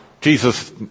Jesus